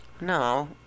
no